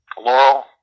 Laurel